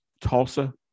Tulsa